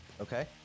Okay